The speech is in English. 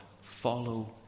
Follow